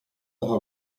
daha